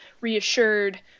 reassured